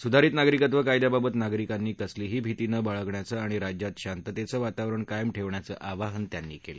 सुधारित नागरिकत्व कायद्याबाबत नागरिकांनी कसलीही भीती न बाळगण्याचं आणि राज्यात शांततेचं वातावरण कायम ठेवण्याचं आवाहनही त्यांनी केलं